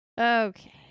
Okay